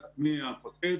המפקד,